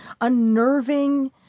unnerving